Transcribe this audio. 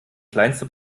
kleinste